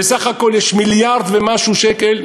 ובסך הכול יש מיליארד ומשהו שקל,